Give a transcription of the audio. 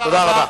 תודה רבה.